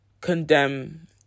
condemn